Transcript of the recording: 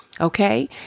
Okay